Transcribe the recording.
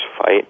fight